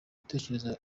gutekereza